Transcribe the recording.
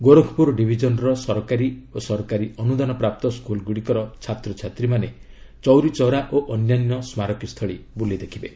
ଗୋରଖପୁର ଡିଭିଜନର ସରକାରୀ ଓ ସରକାରୀ ଅନୁଦାନପ୍ରାପ୍ତ ସ୍କୁଲଗୁଡ଼ିକର ଛାତ୍ରଛାତ୍ରୀମାନେ ଚୌରୀ ଚୌରା ଓ ଅନ୍ୟାନ୍ୟ ସ୍ମାରକୀସ୍ଥଳୀ ବୁଲି ଦେଖିବେ